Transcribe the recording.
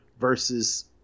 versus